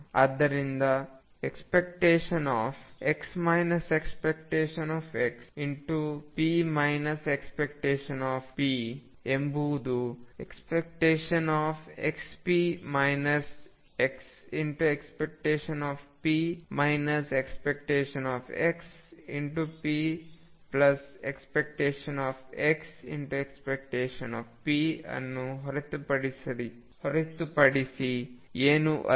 ಆದ್ದರಿಂದ ⟨x ⟨x⟩p ⟨p⟩⟩ ಎಂಬುದು ⟨xp x⟨p⟩ ⟨x⟩p⟨x⟩⟨p⟩⟩ ಅನ್ನು ಹೊರತುಪಡಿಸಿ ಏನೂ ಅಲ್ಲ